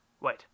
Wait